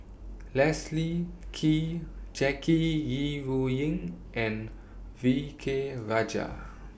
Leslie Kee Jackie Yi Ru Ying and V K Rajah